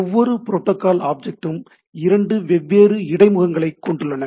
ஒவ்வொரு புரோட்டோகால் ஆப்ஜெக்டும் இரண்டு வெவ்வேறு இடைமுகங்களைக் கொண்டுள்ளன